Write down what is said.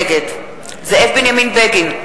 נגד זאב בנימין בגין,